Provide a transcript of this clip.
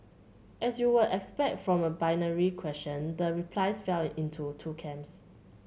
as you would expect from a binary question the replies fell into two camps